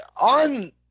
on